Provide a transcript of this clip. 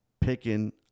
picking